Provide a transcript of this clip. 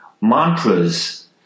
mantras